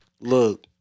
Look